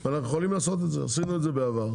ואנחנו יכולים לעשות את זה, עשינו את זה בעבר,